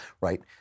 right